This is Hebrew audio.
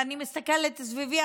ואני מסתכלת סביבי,